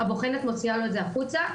והבוחנת מוציאה לו את זה החוצה,